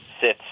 sits